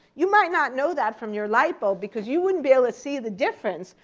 you might not know that from your light bulb, because you wouldn't be able to see the difference.